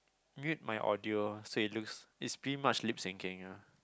mute my audio so it looks it's pretty much lip syncing ah